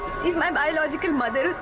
she's my biological mother.